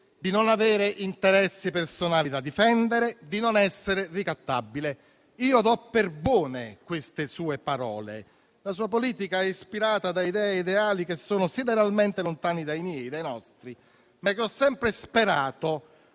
di non avere interessi personali da difendere, di non essere ricattabile. Io do per buone queste sue parole. La sua politica è ispirata da idee e ideali che sono sideralmente lontani dai miei e dai nostri, ma ho sperato